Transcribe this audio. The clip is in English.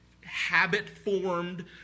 habit-formed